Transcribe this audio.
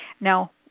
Now